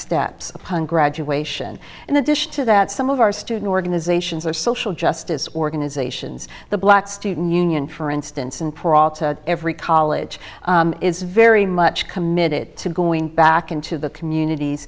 punk graduation and addition to that some of our student organizations are social justice organizations the black student union for instance and every college is very much committed to going back into the communities